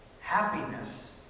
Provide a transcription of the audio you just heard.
happiness